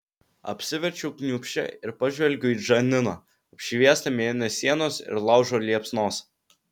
apsiverčiau kniūbsčia ir pažvelgiau į džaniną apšviestą mėnesienos ir laužo liepsnos